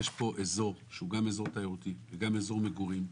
יש פה אזור שהוא גם אזור תיירותי וגם אזור מגורים,